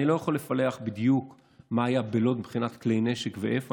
אני לא יכול לפלח בדיוק מה היה בלוד מבחינת כלי נשק ואיפה.